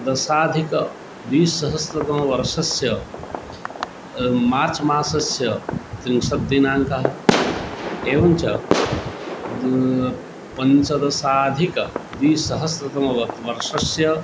दशाधिकद्विसहस्रतमवर्षस्य मार्च् मासस्य त्रिंशत् दिनाङ्कः एवञ्च द् पञ्चदशाधिक द्विसहस्रतमवर्षस्य